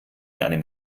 einem